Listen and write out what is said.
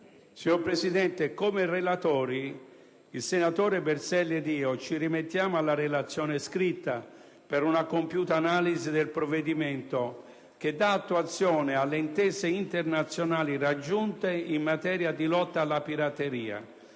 Signor Presidente, il senatore Berselli ed io ci rimettiamo alla relazione scritta per una compiuta analisi del provvedimento che dà attuazione alle intese internazionali raggiunte in materia di lotta alla pirateria.